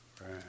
Right